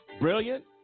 Brilliant